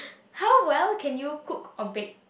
how well can you cook or bake